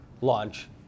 launch